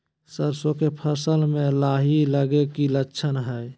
सरसों के फसल में लाही लगे कि लक्षण हय?